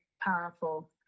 powerful